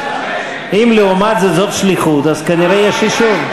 אם לעומת זה זאת שליחות, אז כנראה יש אישור.